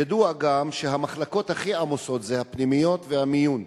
ידוע גם שהמחלקות הכי עמוסות הן הפנימיות והמיון.